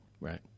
right